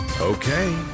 Okay